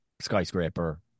skyscraper